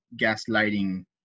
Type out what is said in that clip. gaslighting